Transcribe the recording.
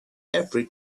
every